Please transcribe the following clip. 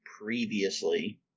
previously